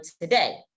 today